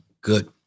good